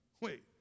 Wait